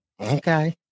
Okay